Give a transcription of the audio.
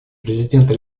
президента